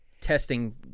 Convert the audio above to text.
testing